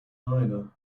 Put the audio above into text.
niner